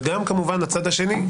וגם כמובן הצד השני,